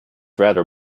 rather